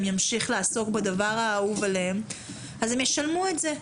ימשיך לעסוק בדבר האהוב עליו אז הם ישלמו את זה.